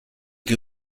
que